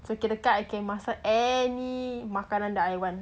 so kirakan I can masak any makanan that I want